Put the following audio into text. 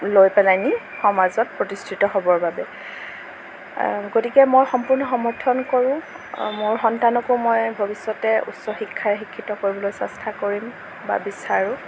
লৈ পেলানি সমাজত প্ৰতিষ্ঠিত হ'বৰ বাবে গতিকে মই সম্পূৰ্ণ সমৰ্থন কৰোঁ মোৰ সন্তানকো মই ভৱিষ্য়তে উচ্চ শিক্ষাৰে শিক্ষিত কৰিবলৈ চেষ্টা কৰিম বা বিচাৰোঁ